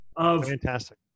Fantastic